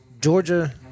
Georgia